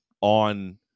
on